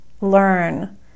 Learn